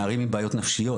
נערים עם בעיות נפשיות,